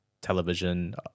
television